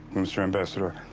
mr. ambassador,